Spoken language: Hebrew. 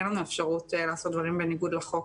אין לנו אפשרות לעשות דברים בניגוד לחוק.